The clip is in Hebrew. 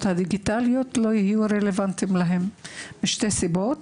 הדיגיטליים לא יהיו רלוונטיים אליהם משתי סיבות.